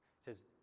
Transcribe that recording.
says